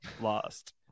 lost